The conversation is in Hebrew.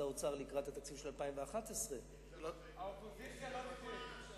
האוצר לקראת התקציב של 2011. האופוזיציה לא תיתן.